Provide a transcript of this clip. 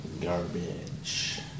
Garbage